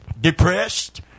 depressed